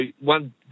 one